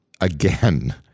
again